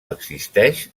existeix